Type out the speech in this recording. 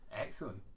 excellent